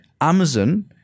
Amazon